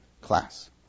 class